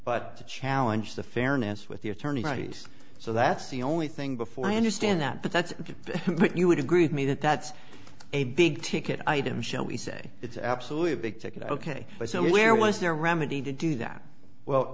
but to challenge the fairness with the attorney right so that's the only thing before i understand that but that's ok but you would agree with me that that's a big ticket item shall we say it's absolutely a big ticket ok so where was there remedy to do that well